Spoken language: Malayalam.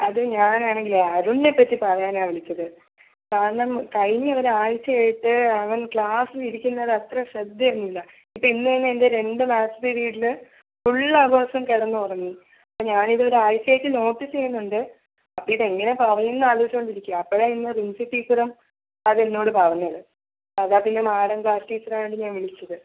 അത് ഞാൻ ആണെങ്കിലേ അരുണിനെപ്പറ്റി പറയാനാണ് വിളിച്ചത് കാരണം കഴിഞ്ഞ ഒരാഴ്ച്ചയായിട്ട് അവൻ ക്ലാസ്സിലിരിക്കുന്നത് അത്ര ശ്രദ്ധയൊന്നുമില്ല ഇപ്പം ഇന്ന് തന്നെ എൻ്റെ രണ്ട് ക്ലാസ് പിരീഡിൽ ഫുൾ അവേഴ്സും കിടന്നുറങ്ങി അപ്പം ഞാൻ ഇത് ഒരു ആഴ്ച്ചയായിട്ട് നോട്ടീസ് ചെയ്യുന്നുണ്ട് അപ്പം ഇതെങ്ങനെ പറയും എന്നാലോജിച്ച് കൊണ്ടിരിക്കും അപ്പോൾ ഇന്ന് റിൻസി ടീച്ചറും അത് എന്നോട് പറഞ്ഞത് എന്നാൽ പിന്നെ മാടം ക്ലാസ് ടീച്ചർ ആയത്കൊണ്ട് ഞാൻ വിളിച്ചത്